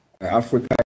Africa